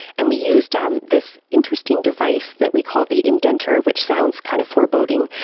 and we used um this interesting device that we call the indenter, which sounds kind of foreboding,